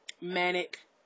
manic